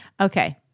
Okay